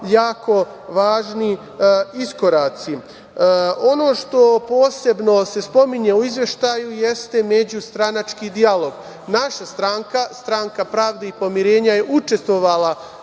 jako važni iskoraci. Ono što se posebno spominje u Izveštaju jeste međustranački dijalog. Naša stranka, Stranka pravde i pomirenja, je učestvovala